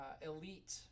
elite